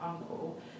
Uncle